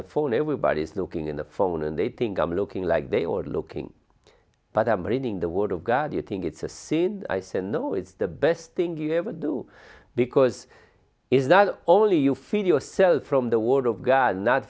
the phone everybody is looking in the phone and they think i'm looking like they were looking but i'm reading the word of god you think it's a sin i said no it's the best thing you ever do because is that only you feed yourself from the word of god not